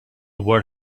were